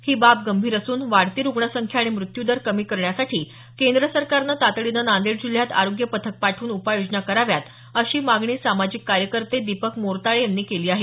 ही बाब गंभीर असून वाढती रुग्ण संख्या आणि मृत्यूदर कमी करण्यासाठी केंद्र सरकारने तातडीनं नांदेड जिल्ह्यात आरोग्य पथक पाठवून उपाय योजना कराव्यात अशी मागणी सामाजिक कार्यकर्ते दीपक मोरताळे यांनी केली आहे